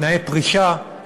תנאי פרישה,